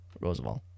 Roosevelt